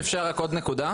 אם אפשר רק עוד נקודה.